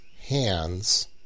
hands